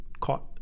Caught